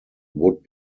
would